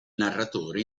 narratore